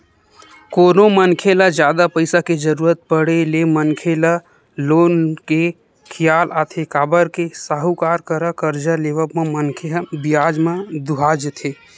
कोनो मनखे ल जादा पइसा के जरुरत पड़े ले मनखे ल लोन ले के खियाल आथे काबर के साहूकार करा करजा लेवब म मनखे ह बियाज म दूहा जथे